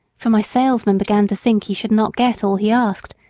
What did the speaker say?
for my salesman began to think he should not get all he asked,